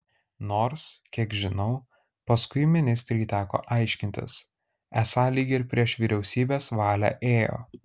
nors kiek žinau paskui ministrei teko aiškintis esą lyg ir prieš vyriausybės valią ėjo